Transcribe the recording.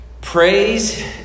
praise